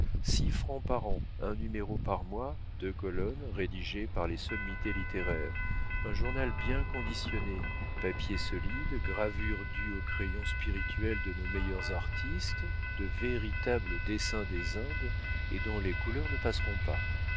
six francs par an un numéro par mois deux colonnes rédigé par les sommités littéraires un journal bien conditionné papier solide gravures dues aux crayons spirituels de nos meilleurs artistes de véritables dessins des indes et dont les couleurs ne passeront pas